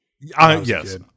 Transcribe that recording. Yes